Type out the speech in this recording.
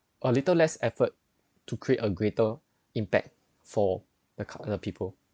a little less effort to create a greater impact for the ca~ people